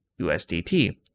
USDT